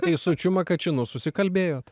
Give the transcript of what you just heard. teisučiu makačinu susikalbėjot